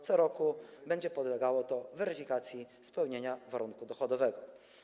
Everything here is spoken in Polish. Co roku będzie to podlegało weryfikacji spełniania warunku dochodowego.